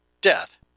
death